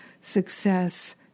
success